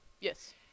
Yes